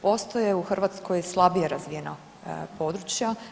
Postoje u Hrvatskoj slabije razvijena područja.